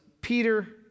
Peter